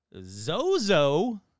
Zozo